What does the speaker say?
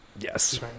Yes